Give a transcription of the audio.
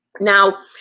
Now